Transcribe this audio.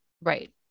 Right